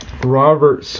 Robert